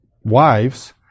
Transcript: wives